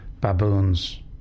baboons